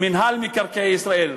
מינהל מקרקעי ישראל,